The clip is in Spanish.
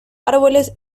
árboles